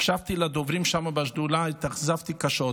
הקשבתי לדוברים שם בשדולה והתאכזבתי קשות.